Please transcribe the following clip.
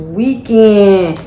weekend